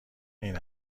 این